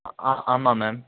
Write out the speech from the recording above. ஆ ஆ ஆமாம் மேம்